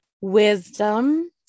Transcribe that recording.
wisdom